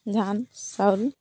ধান চাউল